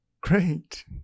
Great